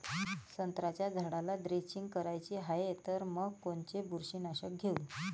संत्र्याच्या झाडाला द्रेंचींग करायची हाये तर मग कोनच बुरशीनाशक घेऊ?